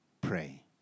pray